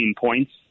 points